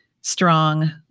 strong